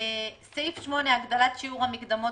סעיף 8, הגדלת שיעור המקדמות